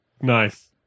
Nice